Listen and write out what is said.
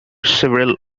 several